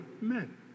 men